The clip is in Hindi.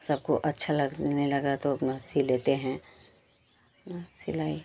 सबको अच्छा लगने लगा तो अपना सिल लेते हैं अपना सिलाई